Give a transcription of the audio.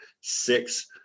six